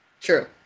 True